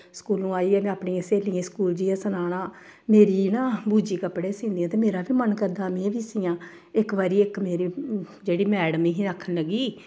स्कूलों आइयै में अपनी स्हेलियें ई स्कूल जाइयै सनाना मेरी ना बू जी कपड़े सींह्दियां ते मेरा बी मन करदा में बी सीआं इक बारी इक मेरी जेह्ड़ी मैडम ही आखन लगी